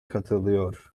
katılıyor